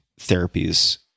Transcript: therapies